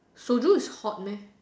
soju is hot meh